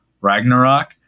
Ragnarok